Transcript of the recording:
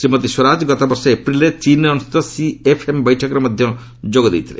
ଶ୍ରୀମତୀ ସ୍ୱରାଜ ଗତବର୍ଷ ଏପ୍ରିଲ୍ରେ ଚୀନ୍ରେ ଅନୁଷ୍ଠିତ ସିଏଫ୍ଏମ୍ ବୈଠକରେ ମଧ୍ୟ ଯୋଗ ଦେଇଥିଲେ